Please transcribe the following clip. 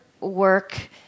work